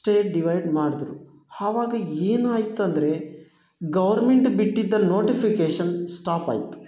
state divide ಮಾಡಿದ್ರು ಆವಾಗ ಏನಾಯ್ತು ಅಂದರೆ ಗೌರ್ಮೆಂಟ್ ಬಿಟ್ಟಿದ್ದ ನೋಟಿಫಿಕೇಶನ್ ಸ್ಟಾಪ್ ಆಯಿತು